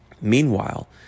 Meanwhile